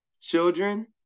children